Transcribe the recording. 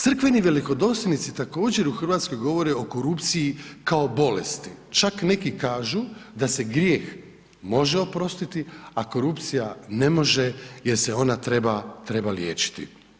Crkveni velikodosljednici također u Hrvatskoj govore o korupciji kao bolest, čak neki kažu da se grijeh može oprostit, a korupcija ne može jer se ona treba liječiti.